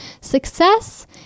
success